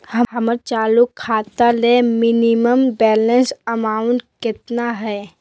हमर चालू खाता ला मिनिमम बैलेंस अमाउंट केतना हइ?